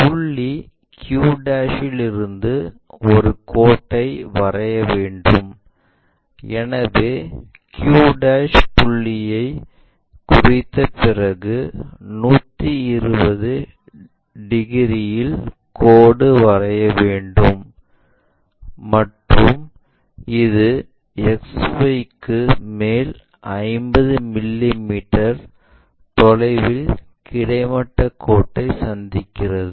புள்ளி q இலிருந்து ஒரு கோட்டை வரைய வேண்டும் எனவே q புள்ளியை குறித்த பிறகு 120 டிகிரியில் கோடு வரைய வேண்டும் மற்றும் இது XY க்கு மேல் 50 மிமீ தொலைவில் கிடைமட்ட கோட்டை சந்திக்கிறது